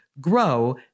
grow